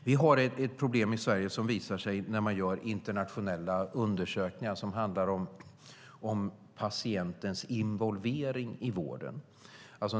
Vi har ett problem i Sverige som visar sig när man gör internationella undersökningar som handlar om patientens involvering i vården.